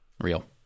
Real